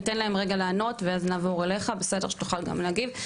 ניתן להם רגע לענות ואז נעבור אליך שתוכל גם להגיב.